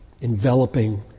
enveloping